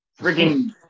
freaking